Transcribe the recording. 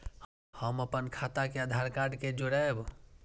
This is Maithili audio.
हम अपन खाता के आधार कार्ड के जोरैब?